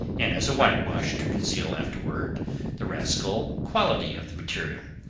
and as a whitewash to conceal afterward the rascal quality of the material.